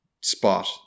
spot